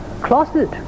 closet